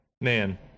Man